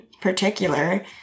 particular